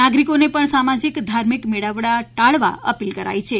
નાગરિકોને પણ સામાજીક ધાર્મિક મેળાવડા ટાળવા અપીલ કરાઇ છે